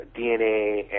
DNA